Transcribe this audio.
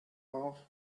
off